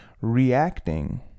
reacting